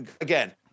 again